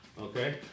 okay